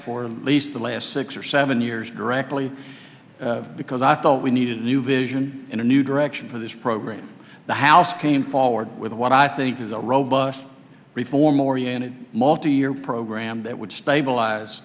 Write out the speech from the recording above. for the least the last six or seven years directly because i thought we needed a new vision in a new direction for this program the house came forward with what i think is a robust reform oriented multi year program that would stabilize